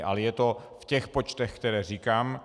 Ale je to v těch počtech, které říkám.